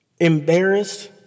Embarrassed